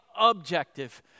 objective